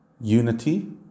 unity